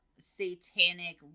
satanic